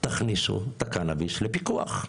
תכניסו את הקנביס לפיקוח.